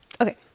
Okay